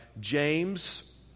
James